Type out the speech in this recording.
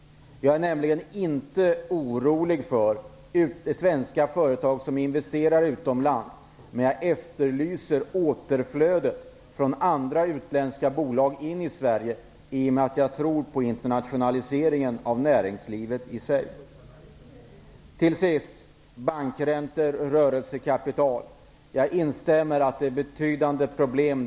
Jag är inte orolig över att svenska företag investerar utomlands, men jag efterlyser återflödet från andra utländska bolag in i Sverige. Jag tror på internationaliseringen av näringslivet i sig. Jag instämmer till sist i uppfattningen att det finns betydande problem vad gäller bankräntor och rörelsekapital.